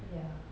ya